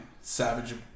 Savage